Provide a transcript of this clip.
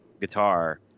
guitar